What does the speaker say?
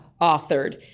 authored